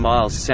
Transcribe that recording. Miles